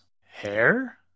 Hair